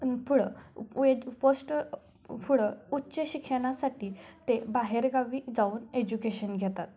पुढं वे पस्ट पुढं उच्च शिकण्यासाठी ते बाहेरगावी जाऊन एज्युकेशन घेतात